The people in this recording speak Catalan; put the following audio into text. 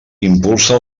impulsa